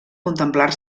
contemplar